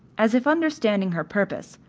as if understanding her purpose,